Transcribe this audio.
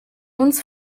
uns